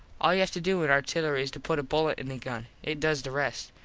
all you have to do in artillery is to put a bullet in the gun. it does the rest.